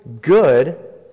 good